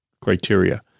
criteria